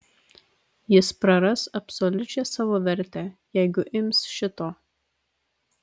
jis praras absoliučią savo vertę jeigu ims šito